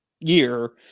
year